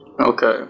Okay